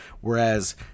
whereas